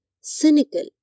cynical